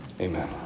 Amen